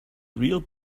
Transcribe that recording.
real